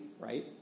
Right